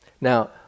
Now